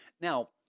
now